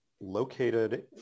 located